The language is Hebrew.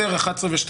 10, 11 ו-12.